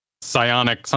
psionic